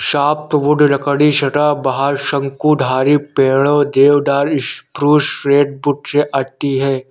softwood लकड़ी सदाबहार, शंकुधारी पेड़ों, देवदार, स्प्रूस, रेडवुड से आती है